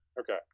Okay